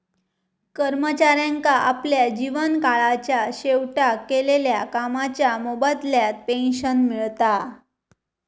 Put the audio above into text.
कर्मचाऱ्यांका आपल्या जीवन काळाच्या शेवटाक केलेल्या कामाच्या मोबदल्यात पेंशन मिळता